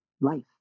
life